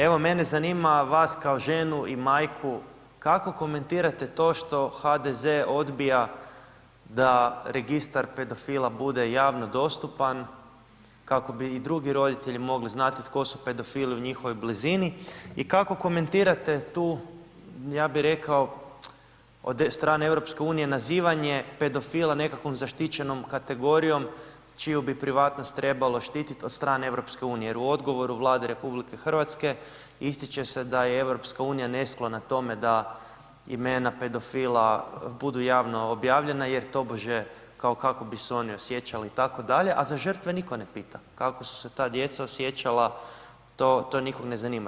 Evo, mene zanima, vas kao ženu i majku, kako komentirate to što HDZ odbija da Registar pedofila bude javno dostupan kako bi i drugi roditelji znati tko su pedofili u njihovoj blizini i kako komentirate tu, ja bih rekao od strane EU nazivanje pedofila nekakvom zaštićenom kategorijom čiju bi privatnost trebalo štititi od strane EU jer u odgovoru Vlade RH ističe se da je EU nesklona tome da imena pedofila budu javno objavljena jer tobože kao kako bi se oni osjećali, itd., a za žrtve nitko ne pita kako su se ta djeca osjećala, to nikog ne zanima.